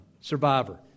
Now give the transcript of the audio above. Survivor